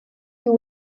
you